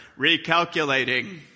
recalculating